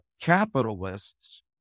capitalists